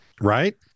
Right